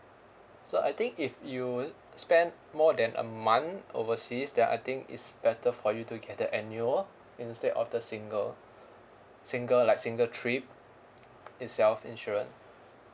so I think if you spend more than a month overseas then I think it's better for you to get the annual instead of the single single like single trip itself insurance